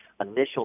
initial